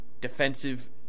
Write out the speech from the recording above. defensive